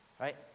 right